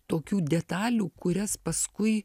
tokių detalių kurias paskui